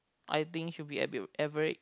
I think should be average